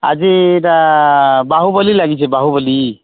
ଆଜି ଏଇଟା ବାହୁବଲି ଲାଗିଛେ ବାହୁବଲି